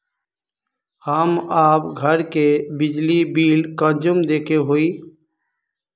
हम आप घर के बिजली बिल कुंसम देखे हुई?